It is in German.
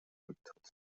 rücktritt